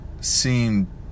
seem